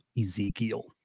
Ezekiel